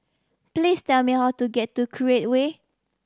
please tell me how to get to Create Way